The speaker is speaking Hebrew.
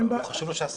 זה חשוב לי.